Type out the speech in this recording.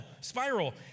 spiral